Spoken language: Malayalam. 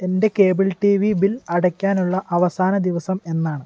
എൻ്റെ കേബിൾ ടി വി ബിൽ അടയ്ക്കാനുള്ള അവസാന ദിവസം എന്നാണ്